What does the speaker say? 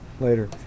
later